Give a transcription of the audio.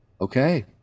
Okay